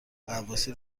غواصی